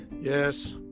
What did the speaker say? yes